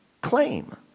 claim